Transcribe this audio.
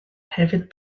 hefyd